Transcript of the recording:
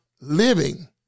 living